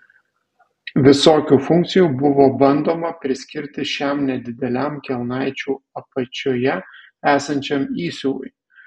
visokių funkcijų buvo bandoma priskirti šiam nedideliam kelnaičių apačioje esančiam įsiuvui